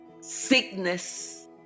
sickness